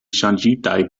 ŝanĝitaj